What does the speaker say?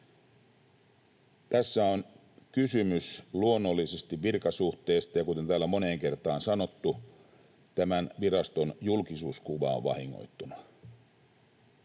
Tässä on luonnollisesti kysymys virkasuhteesta, ja kuten täällä on moneen kertaan sanottu, tämän viraston julkisuuskuva on vahingoittunut.